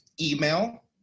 email